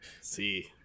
see